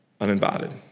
uninvited